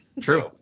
True